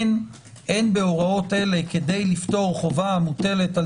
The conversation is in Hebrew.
אין בהוראות אלה כדי לפטור חובה המוטלת על